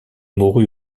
mourut